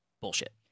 bullshit